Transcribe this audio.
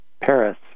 Paris